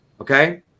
okay